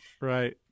Right